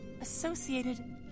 associated